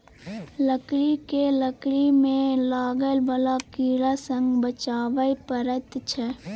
लकड़ी केँ लकड़ी मे लागय बला कीड़ा सँ बचाबय परैत छै